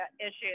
issues